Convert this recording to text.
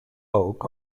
oak